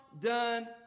done